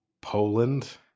Poland